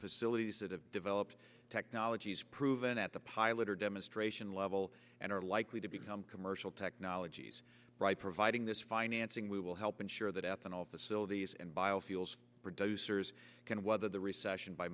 acilities that have developed technologies proven at the pilot or demonstration level and are likely to become commercial technologies by providing this financing we will help ensure that ethanol facilities and biofuels producers can weather the recession by